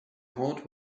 hard